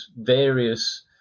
various